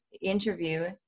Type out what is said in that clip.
interview